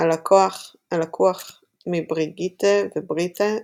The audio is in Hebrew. הלקוח מ"בירגיטה" ו"בריטה",